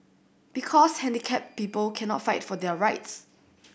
because handicapped people cannot fight for their rights